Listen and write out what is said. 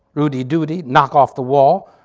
rudy duty knock off the wall.